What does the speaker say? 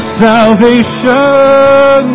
salvation